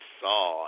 saw